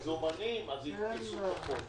לאור לוח הזמנים אנחנו כבר בנושא התקציב של הבנק.